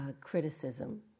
criticism